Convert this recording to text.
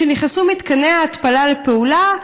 כשנכנסו מתקני ההתפלה לפעולה,